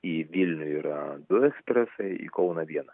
į vilnių yra du ekspresai į kauną vienas